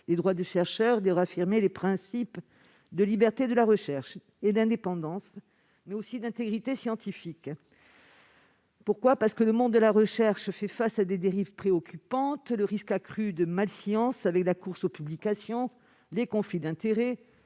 les droits des chercheurs et de réaffirmer les principes de liberté de la recherche et d'indépendance, mais aussi d'intégrité scientifique. Le monde de la recherche fait face à des dérives préoccupantes- risque accru de « malscience » ou « mauvaise science », course aux publications, conflits d'intérêts,